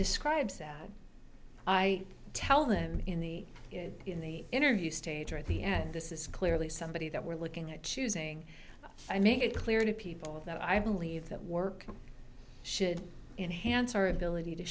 describes sad i tell them in the in the interview stage or at the end this is clearly somebody that we're looking at choosing i make it clear to people that i believe that work should enhance our ability to